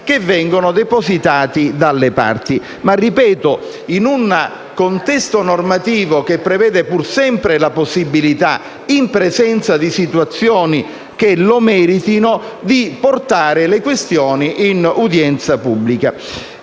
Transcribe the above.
che vengono depositati dalle parti in un contesto normativo che prevede, pur sempre, la possibilità, in presenza di situazioni che lo meritino, di portare le questioni in udienza pubblica.